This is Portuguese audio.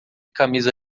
camisa